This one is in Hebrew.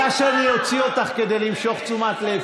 הרי את רוצה שאני אוציא אותך כדי למשוך תשומת לב.